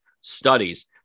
studies